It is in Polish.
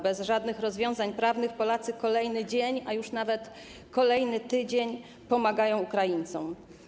Bez żadnych rozwiązań prawnych Polacy kolejny dzień, a już nawet kolejny tydzień pomagają Ukraińcom.